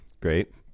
Great